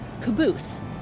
Caboose